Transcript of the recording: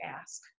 ask